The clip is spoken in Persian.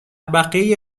بقیه